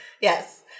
yes